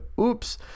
Oops